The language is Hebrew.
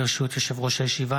ברשות יושב-ראש הישיבה,